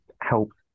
helps